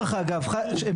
דרך אגב, הם לא כולם לאימוץ.